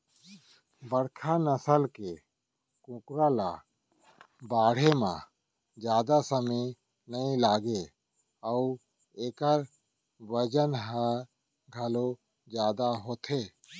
बड़का नसल के कुकरा ल बाढ़े म जादा समे नइ लागय अउ एकर बजन ह घलौ जादा होथे